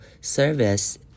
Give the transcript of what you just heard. service